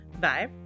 Bye